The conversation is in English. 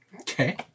Okay